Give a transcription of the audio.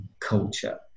culture